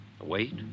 Wait